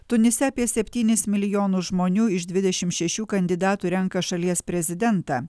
tunise apie septynis milijonus žmonių iš dvidešimt šešių kandidatų renka šalies prezidentą